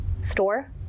store